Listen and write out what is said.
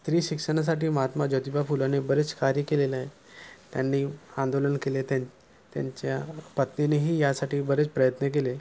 स्त्री शिक्षणासाठी महात्मा ज्योतिबा फुलेने बरेच कार्य केलेले आहे त्यांनी आंदोलन केले त्यां त्यांच्या पत्नीनेही यासाठी बरेच प्रयत्न केले